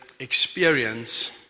Experience